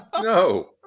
No